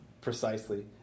precisely